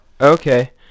okay